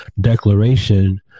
declaration